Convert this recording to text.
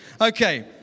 Okay